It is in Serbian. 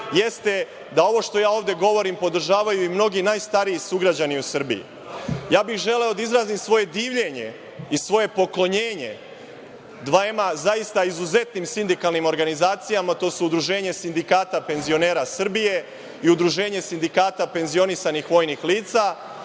jeste da ovo što ja ovde govorim podržavaju mnogi najstariji sugrađani u Srbiji. Želeo bih da izrazim svoje divljenje i svoje poklonjenje dvema zaista izuzetnim sindikalnim organizacijama, to je Udruženje sindikata penzionera Srbije i Udruženje sindikata penzionisanih vojnih lica